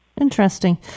Interesting